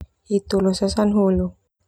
Hitu losa sana hulu.